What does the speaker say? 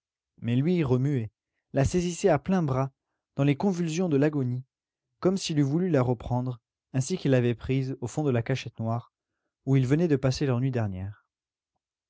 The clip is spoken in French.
mais lui remuait la saisissait à pleins bras dans les convulsions de l'agonie comme s'il eût voulu la reprendre ainsi qu'il l'avait prise au fond de la cachette noire où ils venaient de passer leur nuit dernière